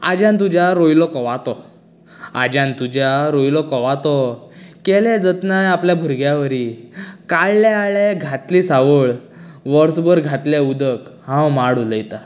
आज्यान तुज्या रोयलो कवाथो आज्यान तुज्या रोयलो कवाथो केले जतनाय आपल्या भुरग्यां वरी काडलें आळे घातलीं सावळ वर्सभर घातलें उदक हांव माड उलयता